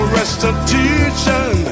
restitution